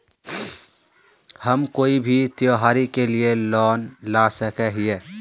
हम कोई भी त्योहारी के लिए लोन ला सके हिये?